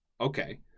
okay